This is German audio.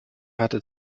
hatte